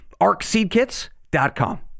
arcseedkits.com